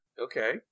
okay